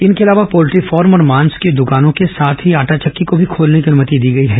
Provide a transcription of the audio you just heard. इनके अलावा poultry farm और मांस की दुकानों के साथ ही आटा चक्की को भी खोलने की अनुमति दी गई है